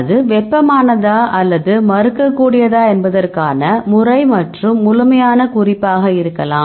அது வெப்பமானதா அல்லது மறுக்கக்கூடியதா என்பதற்கான முறை மற்றும் முழுமையான குறிப்பாக இருக்கலாம்